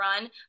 run